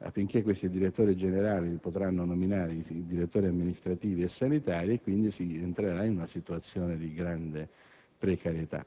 affinché questi direttori generali possano nominare i direttori amministrativi e sanitari e quindi si entrerà in una situazione di grande precarietà;